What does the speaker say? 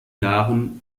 jahren